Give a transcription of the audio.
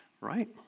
right